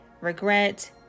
regret